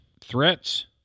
threats